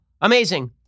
amazing